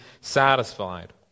satisfied